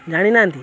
ଜାଣିନାହାଁନ୍ତି